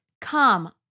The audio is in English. Come